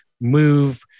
move